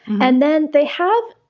and then they have,